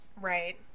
Right